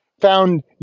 found